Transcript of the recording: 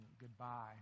goodbye